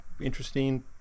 interesting